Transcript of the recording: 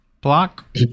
block